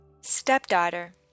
Stepdaughter